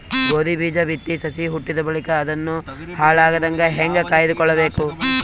ಗೋಧಿ ಬೀಜ ಬಿತ್ತಿ ಸಸಿ ಹುಟ್ಟಿದ ಬಳಿಕ ಅದನ್ನು ಹಾಳಾಗದಂಗ ಹೇಂಗ ಕಾಯ್ದುಕೊಳಬೇಕು?